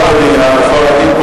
לא, אדוני.